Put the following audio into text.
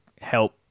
help